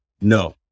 No